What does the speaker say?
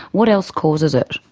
what else causes it?